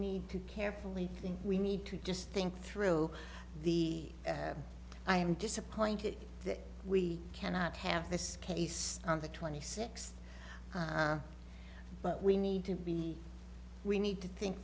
need to carefully think we need to just think through the have i am disappointed that we cannot have this case on the twenty six but we need to be we need to think